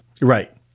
Right